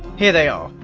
here they are.